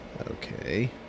Okay